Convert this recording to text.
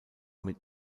mit